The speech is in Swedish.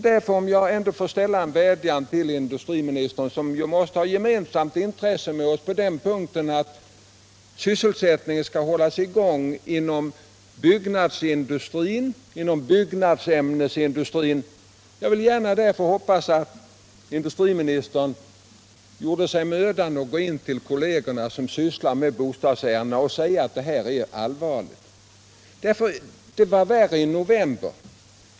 Därför vill jag rikta en vädjan till industriministern — som ju måste ha samma intresse som vi på den punkten, alltså att sysselsättningen skall hållas i gång inom byggnadsindustrin och byggnadsämnesindustrin — att industriministern gör sig mödan att gå in till kollegerna som sysslar med bostadsärendena och säga att detta är allvarligt, att det måste bli en bättring. Det var värre i november.